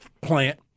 plant